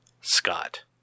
Scott